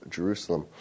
Jerusalem